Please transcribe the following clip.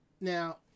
now